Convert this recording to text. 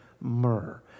myrrh